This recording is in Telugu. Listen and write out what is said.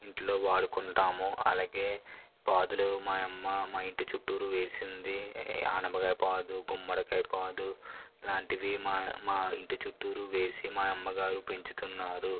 ఇంట్లో వాడుకుంటాము అలాగే పాదులు మా అమ్మ మా ఇంటి చుట్టూరా వేసింది ఆనపకాయ పాదు గుమ్మడికాయ పాదు అలాంటివి మా మా ఇంటి చుట్టూరా వేసి మా అమ్మగారు పెంచుతున్నారు